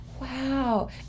wow